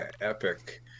epic